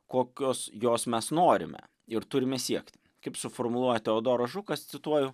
kokios jos mes norime ir turime siekti kaip suformuluoja teodoras žukas cituoju